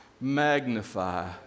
magnify